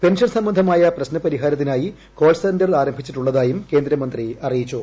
pension സംബന്ധമായ പ്രശ്നപരിഹാരത്തിനായി call centre ആരംഭിച്ചിട്ടുള്ളതായും കേന്ദ്രമന്ത്രി അറിയിച്ചു